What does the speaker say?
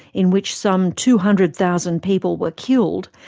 in which some two hundred thousand people were killed,